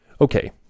Okay